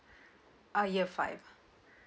oh year five